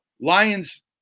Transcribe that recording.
Lions